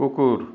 কুকুৰ